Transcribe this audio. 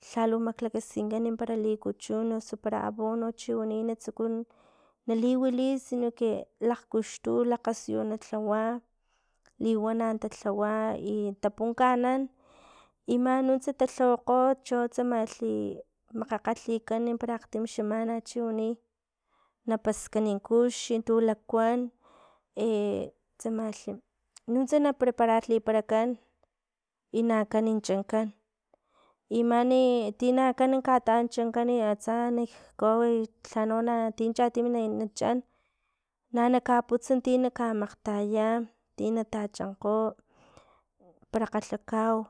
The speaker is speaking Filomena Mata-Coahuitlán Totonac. Lhalu maklakaskinka para likuchun osu para abono para chiwani na tsuku naliwili sino que lakgkuxtu lakgasiyu na lhawa, liwana na lhawa i tapunkanan i man nuntsa talhawakgo cho tsamalhi makgakgalhikan para akgtim xemana chiwani, na paskan kux tu lakuan tsamalhi nuntsa na prepararlikan i na ankan chankan i mani ti naankan tankan chankan atsa nak kawawi lhano tino na chan na nakaputsa tin nakamakgtaya ti na tachankgo para kgalhakau,